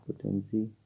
potency